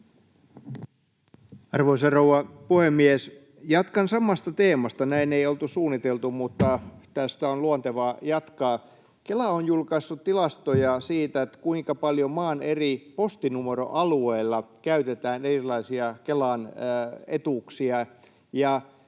Arvoisa rouva puhemies! Jatkan samasta teemasta. Näin ei oltu suunniteltu, mutta tästä on luontevaa jatkaa. Kela on julkaissut tilastoja siitä, kuinka paljon maan eri postinumeroalueilla käytetään erilaisia Kelan etuuksia.